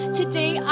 today